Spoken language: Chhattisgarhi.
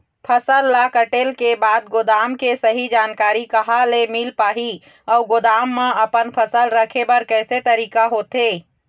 फसल ला कटेल के बाद गोदाम के सही जानकारी कहा ले मील पाही अउ गोदाम मा अपन फसल रखे बर कैसे तरीका होथे?